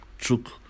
took